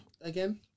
again